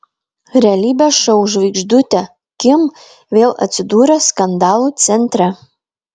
realybės šou žvaigždutė kim vėl atsidūrė skandalų centre